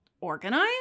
organize